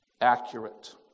accurate